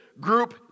group